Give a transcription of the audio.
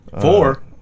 Four